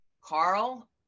Carl